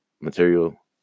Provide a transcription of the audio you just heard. material